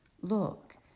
Look